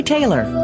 Taylor